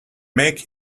make